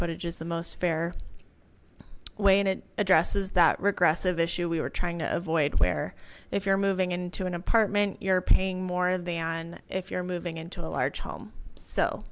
footage is the most fair way and it addresses that regressive issue we were trying to avoid where if you're moving into an apartment you're paying more of the on if you're moving into a large home so